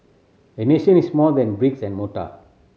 a nation is more than bricks and mortar